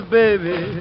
baby